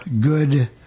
good